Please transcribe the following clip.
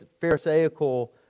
pharisaical